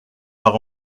par